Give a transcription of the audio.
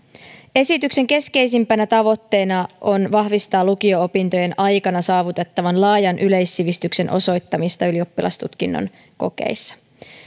esityksen keskeisimpänä tavoitteena on vahvistaa lukio opintojen aikana saavutettavan laajan yleissivistyksen osoittamista ylioppilastutkinnon kokeissa